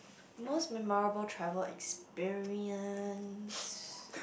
most memorable travel experience